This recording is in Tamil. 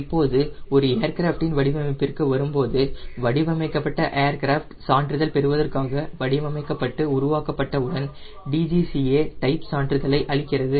இப்போது ஒரு ஏர்கிராஃப்ட் இன் வடிவமைப்பிற்கு வரும்போது வடிவமைக்கப்பட்ட ஏர்கிராஃப்ட் சான்றிதழ் பெறுவதற்காக வடிவமைக்கப்பட்டு உருவாக்கப்பட்டவுடன் DGCA டைப் சான்றிதழை அளிக்கிறது